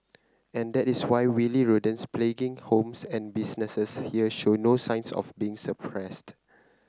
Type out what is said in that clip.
and that is why wily rodents plaguing homes and businesses here show no signs of being suppressed